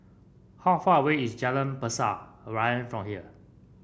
how far away is Jalan Pasir Ria from here